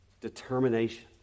determination